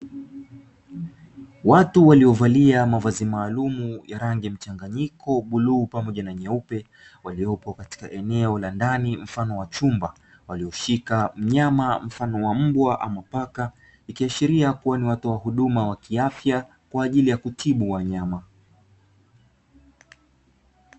Watu waliovalia mavazi maalumu ya rangi ya mchanganyiko bluu pamoja na nyeupe, waliopo katika eneo la ndani mfano wa chumba, walioshika mnyama mfano wa mbwa ama paka ikiashiria kuwa ni watoa huduma wa kiafya kwa ajili ya kutibu wanyama.